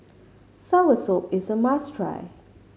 soursop is a must try